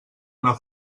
una